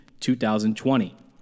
2020